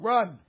Run